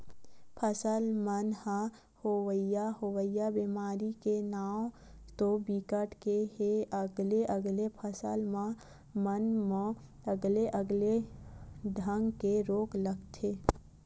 फसल मन म होवइया बेमारी के नांव तो बिकट के हे अलगे अलगे फसल मन म अलगे अलगे ढंग के रोग लगथे